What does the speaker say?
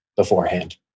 beforehand